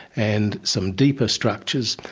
and some deeper structures.